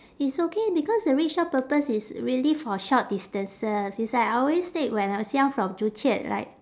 it's okay because the rickshaw purpose is really for short distances it's like I always take when I was young from joo chiat like